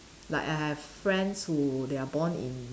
like I have friends who they are born in